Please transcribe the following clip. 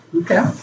Okay